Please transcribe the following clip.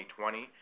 2020